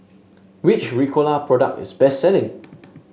which Ricola product is best selling